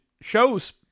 shows